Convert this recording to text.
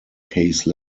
case